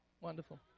Wonderful